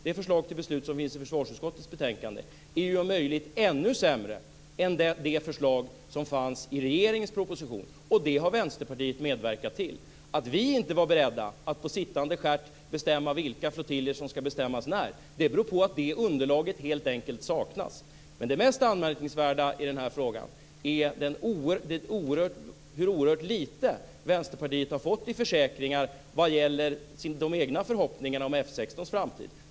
Det förslag till beslut som finns i försvarsutskottets betänkande är ju om möjligt ännu sämre än det förslag som fanns i regeringens proposition. Och det har Vänsterpartiet medverkat till. Att vi inte var beredda att på sittande stjärt bestämma vilka flottiljer som ska bestämmas när beror på att det underlaget helt enkelt saknas. Men det mest anmärkningsvärda i den här frågan är hur oerhört lite Vänsterpartiet har fått i försäkringar vad gäller de egna förhoppningarna om F 16:s framtid.